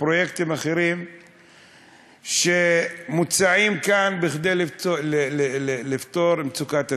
ופרויקטים אחרים שמוצעים כאן כדי לפתור את מצוקת הדיור,